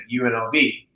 UNLV